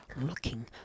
looking